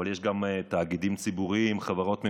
אבל יש גם תאגידים ציבוריים, חברות ממשלתיות,